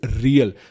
real